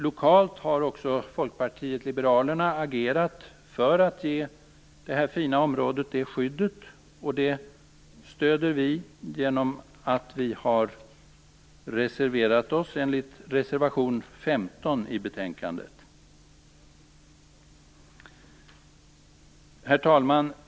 Lokalt har också Folkpartiet liberalerna agerat för att ge det här fina området ett sådant här skydd. Vi stödjer detta genom att stå bakom reservation 15 i betänkandet. Herr talman!